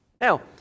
Now